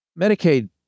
Medicaid